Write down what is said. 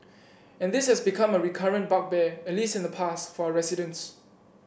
and this has become a recurrent bugbear at least in the past for resident